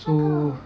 那个